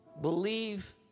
Believe